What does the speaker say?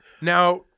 now